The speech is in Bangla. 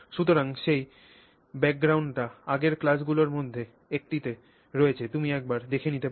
সুতরাং সেই ব্যাকগ্রাউন্ডটি আগের ক্লাসগুলির মধ্যে একটিতে রয়েছে তুমি একবার দেখে নিতে পার